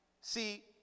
See